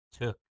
took